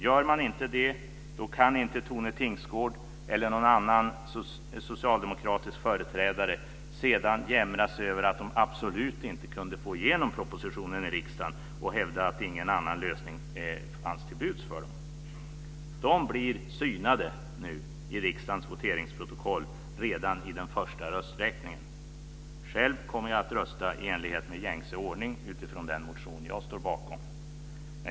Gör de inte det kan inte Tone Tingsgård eller någon annan socialdemokratisk företrädare sedan jämra sig över att de absolut inte kunde få igenom propositionen i riksdagen och hävda att ingen annan lösning fanns till buds för dem. De blir nu synade i riksdagens voteringsprotokoll redan i den första rösträkningen. Själv kommer jag att rösta i enlighet med gängse ordning utifrån den motion som jag står bakom.